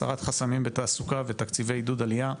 הסרת חסמים בתעסוקה ותקציבי עידוד עלייה.